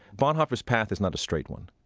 bonhoeffer's path is not a straight one.